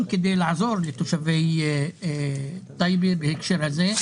כדי לעזור לתושבי טייבה בהקשר הזה,